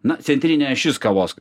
na centrinė ašis kavos